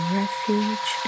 refuge